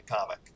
comic